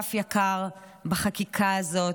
שותף יקר בחקיקה הזו,